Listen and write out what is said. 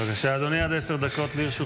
בבקשה, אדוני, עד עשר דקות לרשותך.